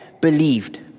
believed